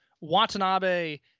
Watanabe